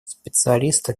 специалисты